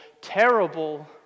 terrible